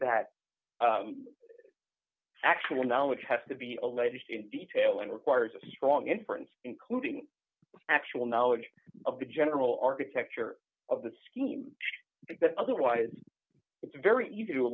that actual knowledge has to be alleged in detail and requires a strong inference including actual knowledge of the general architecture of the scheme otherwise it's very easy to